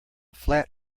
flat